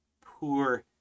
poor